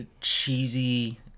cheesy